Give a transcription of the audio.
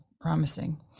promising